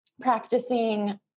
practicing